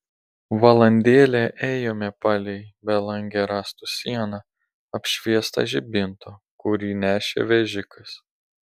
valandėlę ėjome palei belangę rąstų sieną apšviestą žibinto kurį nešė vežikas